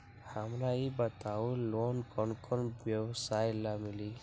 हमरा ई बताऊ लोन कौन कौन व्यवसाय ला मिली?